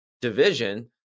division